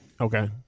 okay